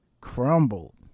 crumbled